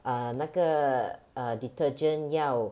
err 那个 uh detergent 要